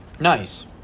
Nice